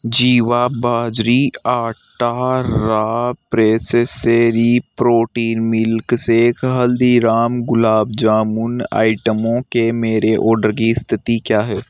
जीवा बाजरी आटा Raw Pressery protein milkshake Haldiram gulab jamun आइटमों के मेरे ऑर्डर की स्थिति क्या है